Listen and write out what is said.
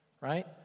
right